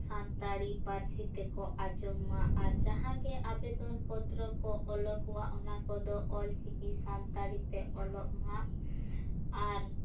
ᱥᱟᱱᱛᱟᱲᱤ ᱯᱟᱹᱨᱥᱤ ᱛᱮᱠᱚ ᱟᱸᱡᱚᱢᱼᱢᱟ ᱟᱨ ᱡᱟᱦᱟᱸ ᱜᱮ ᱟᱵᱮᱫᱚᱱ ᱯᱚᱛᱨᱚ ᱠᱚ ᱚᱞᱚᱜᱚᱜᱼᱟ ᱚᱱᱟ ᱠᱚᱫᱚ ᱚᱞᱪᱤᱠᱤ ᱥᱟᱱᱛᱟᱲᱤ ᱛᱮ ᱚᱞᱚᱜ ᱢᱟ ᱟᱨ